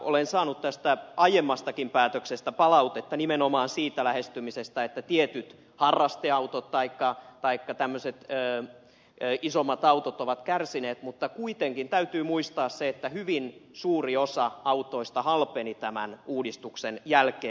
olen saanut tästä aiemmastakin päätöksestä palautetta nimenomaan siitä lähestymisestä että tietyt harrasteautot taikka isommat autot ovat kärsineet mutta kuitenkin täytyy muistaa se että hyvin suuri osa autoista halpeni tämän uudistuksen jälkeen